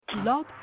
Love